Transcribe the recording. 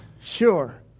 sure